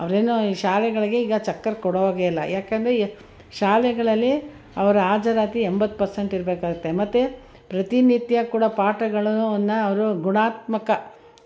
ಅವರೇನೋ ಈ ಶಾಲೆಗಳಿಗೆ ಈಗ ಚಕ್ಕರ್ ಕೊಡೊ ಹಾಗೇ ಇಲ್ಲ ಯಾಕೆಂದರೆ ಯ ಶಾಲೆಗಳಲ್ಲಿ ಅವರ ಹಾಜರಾತಿ ಎಂಬತ್ತು ಪೆರ್ಸೆಂಟ್ ಇರಬೇಕಾಗುತ್ತೆ ಮತ್ತು ಪ್ರತಿನಿತ್ಯ ಕೂಡ ಪಾಠಗಳು ಅನ್ನು ಅವರು ಗುಣಾತ್ಮಕ